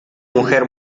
mujer